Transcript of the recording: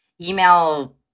email